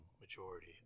majority